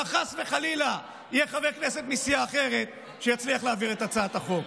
שמא חס וחלילה יהיה חבר כנסת מסיעה אחרת שיצליח להעביר את הצעת החוק.